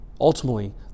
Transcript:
Ultimately